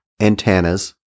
antennas